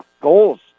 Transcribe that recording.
goals